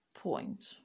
point